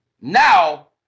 Now